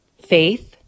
faith